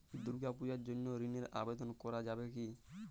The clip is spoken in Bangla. দুর্গাপূজার জন্য ঋণের আবেদন করা যাবে কি?